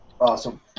Awesome